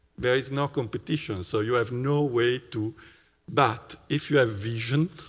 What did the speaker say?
there's no competition. so you have no way to but if you have vision,